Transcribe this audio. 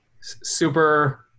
super